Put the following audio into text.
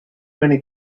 many